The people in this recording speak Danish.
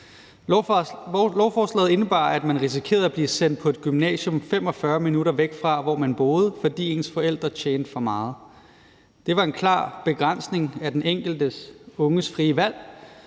Lovforslaget indebar, at man risikerede at blive sendt på et gymnasium 45 minutter væk fra, hvor man boede, fordi ens forældre tjente for meget. Det var en klar begrænsning af den enkelte unges frie valg